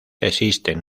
existen